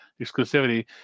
exclusivity